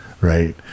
right